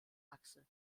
achse